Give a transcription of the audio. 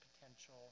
potential